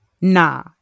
Nah